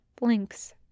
Blinks